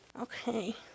okay